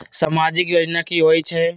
समाजिक योजना की होई छई?